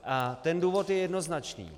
A ten důvod je jednoznačný.